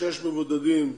שישה מבודדים,